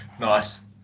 Nice